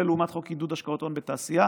לעומת חוק עידוד השקעות הון בתעשייה.